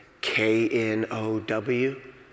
K-N-O-W